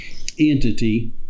entity